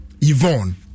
Yvonne